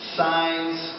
signs